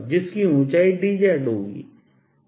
इसकी ऊंचाई dz होगी